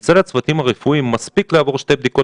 אצל הצוותים הרפואיים מספיק לעבור שתי בדיקות